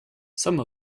some